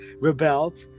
rebelled